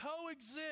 coexist